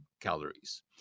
calories